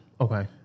Okay